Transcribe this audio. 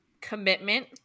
commitment